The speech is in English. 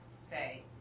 say